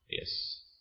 Yes